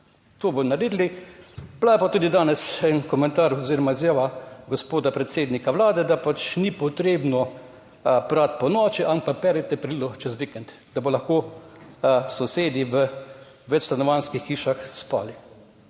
To bodo naredili, bila je pa tudi danes en komentar oziroma izjava gospoda predsednika Vlade, da pač ni potrebno prati ponoči, ampak perite perilo čez vikend, da bodo lahko sosedi v večstanovanjskih hišah spali.